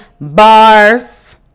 bars